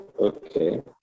Okay